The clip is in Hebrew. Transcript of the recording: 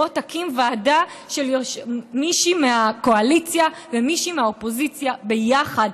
בוא תקים ועדה של מישהי מהקואליציה ומישהי מהאופוזיציה ביחד,